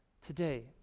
today